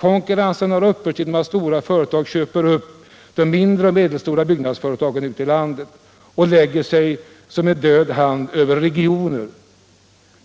Konkurrensen har upphört genom att stora företag köpt upp mindre och medelstora byggnadsföretag — Den ekonomiska ute i landet och lagt sig som en död hand över regioner.